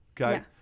Okay